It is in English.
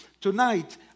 tonight